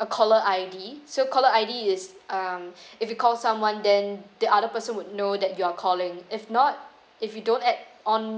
a caller I_D so caller I_D is um if you call someone then the other person would know that you are calling if not if you don't add on